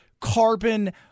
carbon